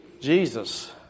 Jesus